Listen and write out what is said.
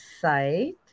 site